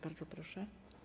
Bardzo proszę.